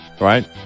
Right